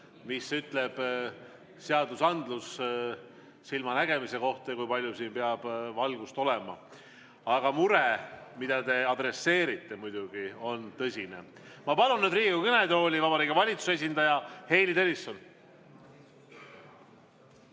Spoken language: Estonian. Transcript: mida ütleb seadusandlus silmanägemise kohta ja selle kohta, kui palju siin peab valgust olema. Aga mure, mida te adresseerite, muidugi on tõsine. Ma palun nüüd Riigikogu kõnetooli Vabariigi Valitsuse esindaja Heili Tõnissoni.